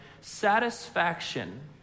satisfaction